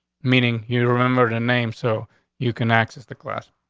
meaning you remember the name so you can access the class